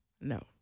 No